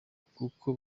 kuko